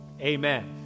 Amen